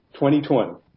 2020